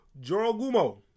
Jorogumo